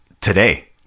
today